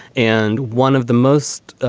and one of the most.